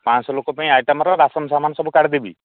ପାଞ୍ଚଶହ ଲୋକ ପାଇଁ ଆଇଟମର ରାସନ ସାମାନ ସବୁ କାଢ଼ିଦେବି